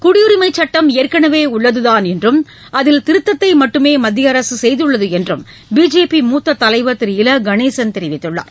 குடியுரிமை சட்டம் ஏற்கனவே உள்ளதுதான் என்றும் அதில் திருத்தத்தை மட்டுமே மத்திய அரசு செய்துள்ளது என்றும் பிஜேபி மூத்த தலைவர் திரு இலகணேசன் தெரிவித்துள்ளார்